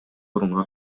орунга